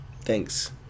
thanks